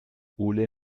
ole